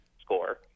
score